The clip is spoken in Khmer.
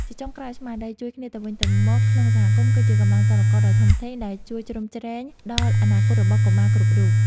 ជាចុងក្រោយ ស្មារតីជួយគ្នាទៅវិញទៅមកក្នុងសហគមន៍គឺជាកម្លាំងចលករដ៏ធំធេងដែលជួយជ្រោមជ្រែងដល់អនាគតរបស់កុមារគ្រប់រូប។